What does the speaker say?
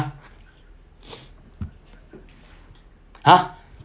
!huh!